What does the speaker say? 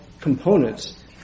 components